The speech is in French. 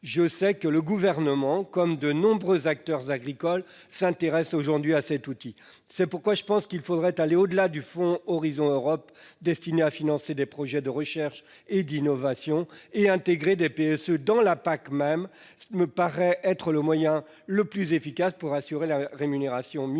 Je sais que le Gouvernement, comme de nombreux acteurs agricoles, s'intéresse aujourd'hui à cet outil. Pour cette raison, il me semble qu'il faudrait aller au-delà du fonds Horizon Europe, destiné à financer des projets de recherche et d'innovation, et intégrer les PSE dans la PAC même, moyen le plus efficace pour garantir une rémunération mieux